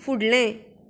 फुडलें